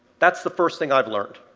that's the first thing i've learned.